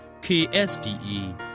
KSDE